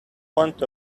want